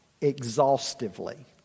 exhaustively